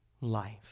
life